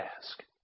ask